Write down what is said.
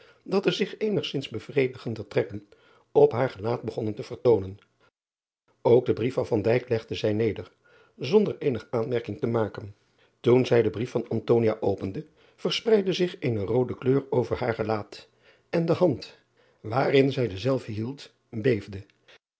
dat er zich eenigzins bevredigder trekken op haar gelaat begonnen te vertoonen ok den brief van legde zij neder zonder eenige aanmerking te maken oen zij den brief van opende verspreidde zich eene roode kleur over haar gelaat en de hand waarin zij denzelven hield